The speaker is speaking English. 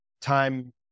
time